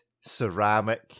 ceramic